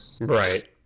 Right